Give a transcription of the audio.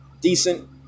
Decent